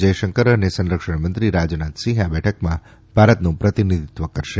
જયશંકર અને સંરક્ષણ મંત્રી રાજનાથસિંહ આ બેઠકમાં ભારતનું પ્રતિનિધિત્વ કરશે